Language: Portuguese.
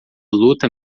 luta